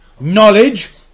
knowledge